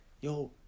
Yo